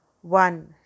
one